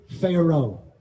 Pharaoh